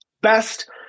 best